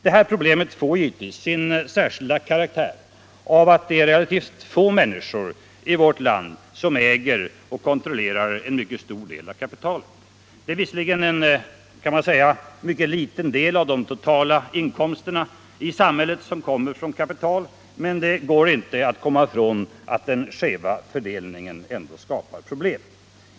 Det här problemet får givetvis sin särskilda karaktär av att det är relativt få människor i vårt land som äger och kontrollerar en mycket stor del av kapitalet. Det är visserligen en mycket liten del av de totala inkomsterna i samhället som kommer från kapital, men det går inte att komma ifrån att den skeva fördelningen ändå skapar problem.